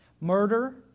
Murder